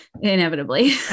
inevitably